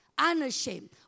unashamed